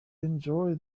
enjoy